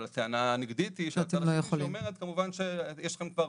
אבל הטענה הנגדית אומרת היא שיש לכם כבר